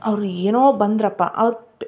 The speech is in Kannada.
ಅವರು ಏನೋ ಬಂದರಪ್ಪ ಅವ್ರು